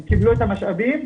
הם קיבלו את המשאבים.